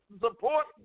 support